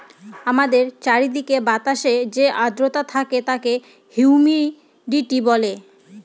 আমাদের চারিদিকের বাতাসে যে আদ্রতা থাকে তাকে হিউমিডিটি বলে